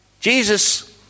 Jesus